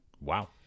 Wow